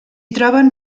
troben